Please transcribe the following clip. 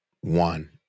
one